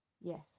Yes